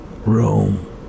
Rome